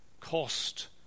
cost